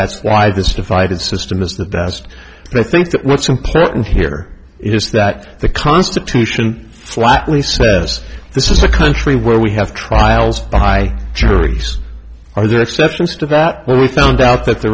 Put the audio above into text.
that's why this defied system is the best and i think that what's important here is that the constitution flatly say yes this is a country where we have trials by juries are there are exceptions to that we found out that the